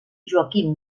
joaquim